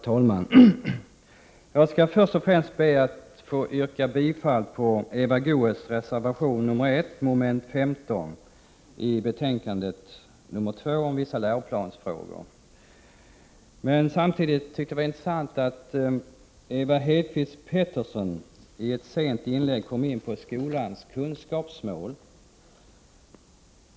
Herr talman! Jag skall först och främst be att få yrka bifall till Eva Göes reservation 1 under moment 15 i betänkandet 2 om vissa läroplansfrågor. Det var intressant att Ewa Hedkvist Petersen i ett sent inlägg kom in på skolans kunskapsmål.